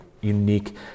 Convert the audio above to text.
unique